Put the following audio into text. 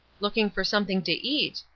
looking for something to eat,